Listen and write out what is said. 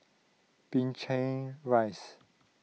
Binchang Rise